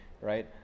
right